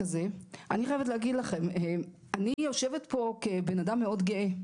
אני חייבת להגיד לכם שאני יושבת פה כבן אדם מאוד גאה.